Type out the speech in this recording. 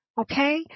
Okay